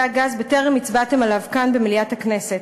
הגז בטרם הצבעתם עליו כאן במליאת הכנסת,